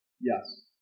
Yes